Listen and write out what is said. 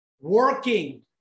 working